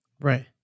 Right